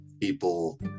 people